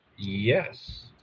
Yes